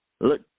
Look